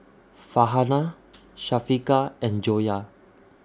Farhanah Syafiqah and Joyah